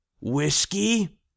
Whiskey